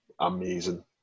amazing